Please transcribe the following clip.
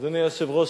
אדוני היושב-ראש,